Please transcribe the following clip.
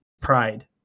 pride